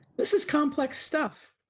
this is complex stuff.